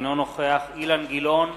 אינו נוכח אילן גילאון,